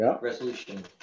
resolution